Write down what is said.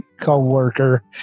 co-worker